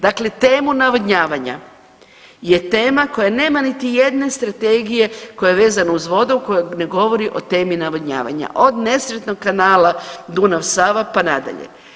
Dakle, temu navodnjavanja je tema koja nema niti jedne strategije koja je vezana uz vodu koja ne govori o temi navodnjavanja, od nesretnog kanala Dunav – Sava pa na dalje.